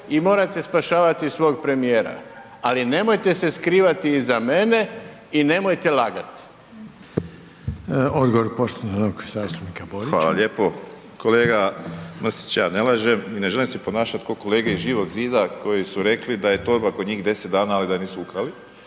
i morate spašavati svog premijera, ali nemojte se skrivati iza mene i nemojte lagati. **Reiner, Željko (HDZ)** Odgovor poštovanog zastupnika Borića. **Borić, Josip (HDZ)** Kolega Mrsić, ja ne lažem ne želim se ponašati ko kolege iz Živog zida koji su rekli da je torba kod njih 10 dana, ali da je nisu ukrali,